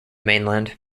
mainland